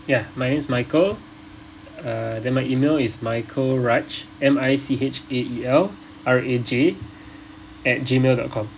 ya my name is michael uh then my E-mail is michael raj M I C H A E L R A J at Gmail dot com